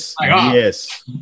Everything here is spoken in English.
yes